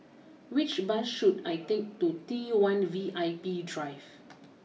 which bus should I take to T one V I P Drive